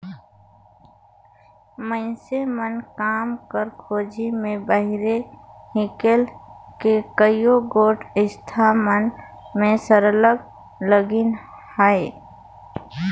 मइनसे मन काम कर खोझी में बाहिरे हिंकेल के कइयो गोट संस्था मन में सरलग लगिन अहें